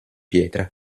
pietra